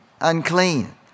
unclean